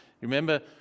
Remember